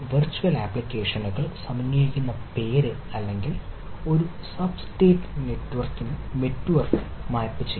virtual ആപ്ലിക്കേഷനുകൾ സമന്വയിപ്പിക്കുന്ന പേര് അല്ലെങ്കിൽ ഒരു സബ്സ്റ്റേറ്റ് നെറ്റ്വർക്കിന്റെ വെർച്വൽ നെറ്റ്വർക്ക് മാപ്പുചെയ്യുന്നു